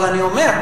אבל אני אומר,